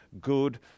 good